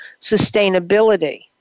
Sustainability